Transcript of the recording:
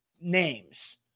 names